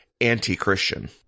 anti-Christian